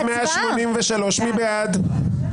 1,188 מי בעד?